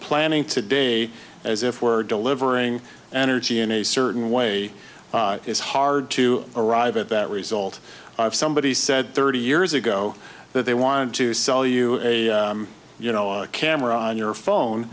planning today as if we're delivering an energy in a certain way is hard to arrive at that result if somebody said thirty years ago that they want to sell you a you know a camera on your phone